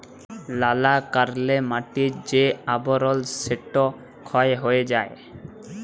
লালা কারলে মাটির যে আবরল সেট ক্ষয় হঁয়ে যায়